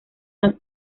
más